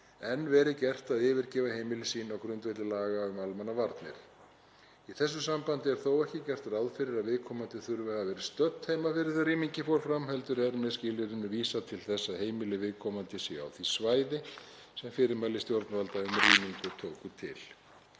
en verið gert að yfirgefa heimili sín á grundvelli laga um almannavarnir. Í þessu sambandi er þó ekki gert ráð fyrir að viðkomandi þurfi að hafa verið stödd heima fyrir þegar rýmingin fór fram heldur er með skilyrðinu vísað til þess að heimili viðkomandi séu á því svæði sem fyrirmæli stjórnvalda um rýmingu tóku til.